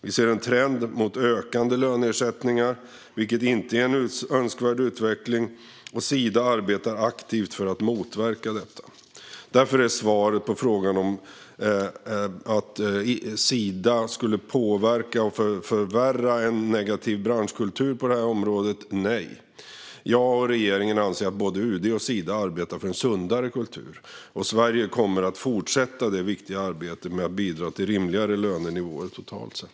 Vi ser en trend mot ökande löneersättningar, vilket inte är en önskvärd utveckling, och Sida arbetar aktivt för att motverka detta. Därför är svaret på frågan om Sida skulle påverka och förvärra en negativ branschkultur på detta område nej. Jag och regeringen anser att både UD och Sida arbetar för en sundare kultur, och Sverige kommer att fortsätta det viktiga arbetet med att bidra till rimligare lönenivåer totalt sett.